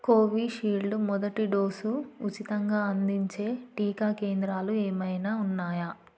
Covishield మొదటి dose ఉచితంగా అందించే టీకా కేంద్రాలు ఏమైనా ఉన్నాయా